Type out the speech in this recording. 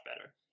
better